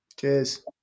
Cheers